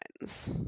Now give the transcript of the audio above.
lines